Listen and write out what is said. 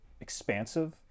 expansive